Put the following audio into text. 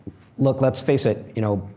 look, let's face it. you know,